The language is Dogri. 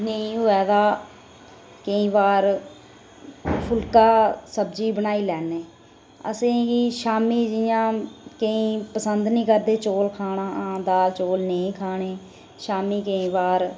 नेईं होऐ तां केईं बार फुल्का सब्जी बनाई लैने असेंगी शामीं जियां केईं पसंद निं करदे चौल खाना दाल चौल नेईं खाने शामीं केईं बार